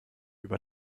über